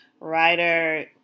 writer